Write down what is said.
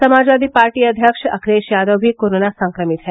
Samajwadi Party अध्यक्ष अखिलेश यादव भी corona संक्रमित है